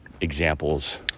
examples